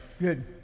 Good